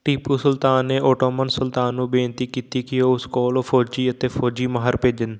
ਟੀਪੂ ਸੁਲਤਾਨ ਨੇ ਓਟੋਮਨ ਸੁਲਤਾਨ ਨੂੰ ਬੇਨਤੀ ਕੀਤੀ ਕਿ ਉਹ ਉਸ ਕੋਲ ਫ਼ੌਜੀ ਅਤੇ ਫ਼ੌਜੀ ਮਾਹਿਰ ਭੇਜਣ